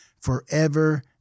forever